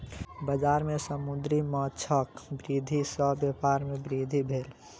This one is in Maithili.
बजार में समुद्री माँछक वृद्धि सॅ व्यापार में वृद्धि भेल